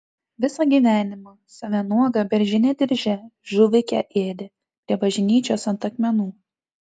visą gyvenimą save nuogą beržine dirže žuvikę ėdė prie bažnyčios ant akmenų